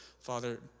Father